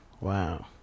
Wow